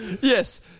Yes